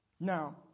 Now